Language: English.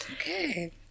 Okay